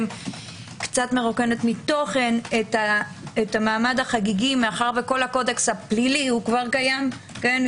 קצת מרוקן מתוכן את המעמד החגיגי כי כל הקודקס הפלילי קיים כבר,